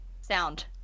sound